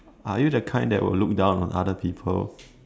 are you the kind that would look down on other people